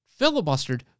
Filibustered